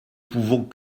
pouvons